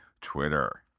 Twitter